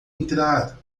entrar